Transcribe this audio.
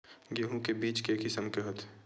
गेहूं के बीज के किसम के होथे?